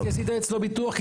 כי עשית אצלו ביטוח,